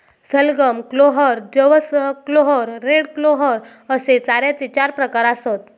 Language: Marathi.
सलगम, क्लोव्हर, जवस क्लोव्हर, रेड क्लोव्हर अश्ये चाऱ्याचे चार प्रकार आसत